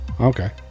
Okay